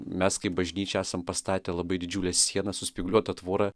mes kaip bažnyčia esam pastatę labai didžiulę sieną su spygliuota tvora